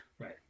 right